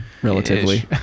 Relatively